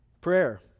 Prayer